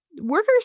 Workers